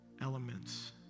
elements